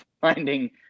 finding